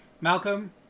Malcolm